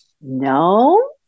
No